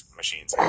machines